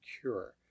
cure